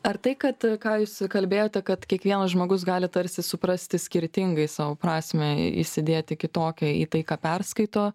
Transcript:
ar tai kad ką jūs kalbėjote kad kiekvienas žmogus gali tarsi suprasti skirtingai savo prasmę įsidėti kitokią į tai ką perskaito